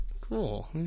Cool